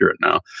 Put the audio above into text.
now